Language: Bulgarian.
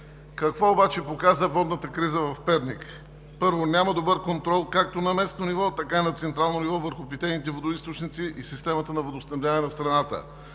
Какво обаче показа водната криза в Перник? Първо, няма добър контрол както на местно ниво, така и на централно ниво върху питейните водоизточници и системата на водоснабдяване на страната.